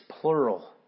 plural